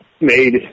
made